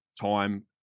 time